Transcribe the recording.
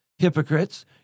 Hypocrites